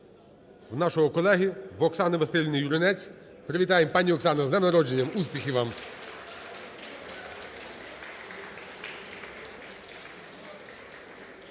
в нашого колеги – Оксани Василівни Юринець. Привітаємо, пані Оксано, з днем народження! Успіхів вам!